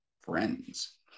friends